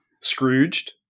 Scrooged